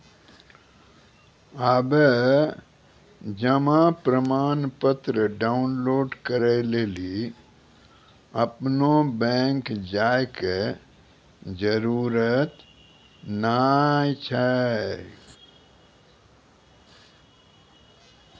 आबे जमा प्रमाणपत्र डाउनलोड करै लेली अपनो बैंक जाय के जरुरत नाय छै